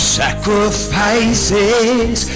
sacrifices